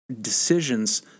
decisions